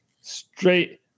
Straight